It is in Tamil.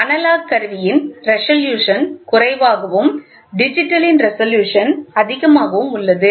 அனலாக் கருவியின் ரெசல்யூசன் குறைவாகவும் டிஜிட்டலின் ரெசல்யூசன் அதிகமாகவும் உள்ளது